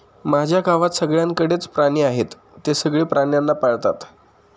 माझ्या गावात सगळ्यांकडे च प्राणी आहे, ते सगळे प्राण्यांना पाळतात